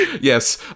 yes